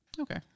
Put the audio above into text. Okay